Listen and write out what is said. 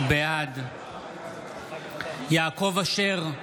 בעד יעקב אשר,